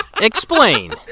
explain